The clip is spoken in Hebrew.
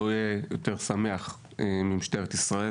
לא יהיו שמחים מזה יותר מאשר משטרת ישראל.